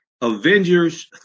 Avengers